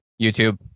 YouTube